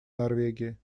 норвегии